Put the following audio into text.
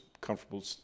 comfortable